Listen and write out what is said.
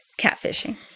catfishing